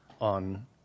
on